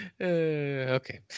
Okay